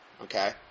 Okay